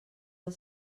del